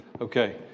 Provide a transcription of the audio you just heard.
Okay